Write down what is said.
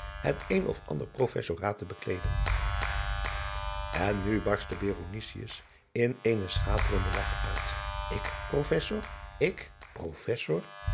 het een of ander profesoraat te bekleeden n nu barstte in eenen schaterenden lach uit k rofessor